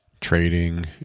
trading